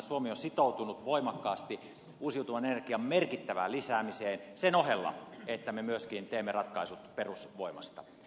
suomi on sitoutunut voimakkaasti uusiutuvan energian merkittävään lisäämiseen sen ohella että me myöskin teemme ratkaisut perusvoimasta